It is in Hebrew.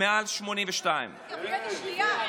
מעל 82. רגע, שנייה.